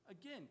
again